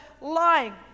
lying